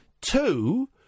Two